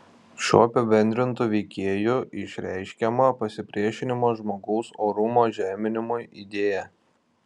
šiuo apibendrintu veikėju išreiškiama pasipriešinimo žmogaus orumo žeminimui idėja